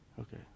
Okay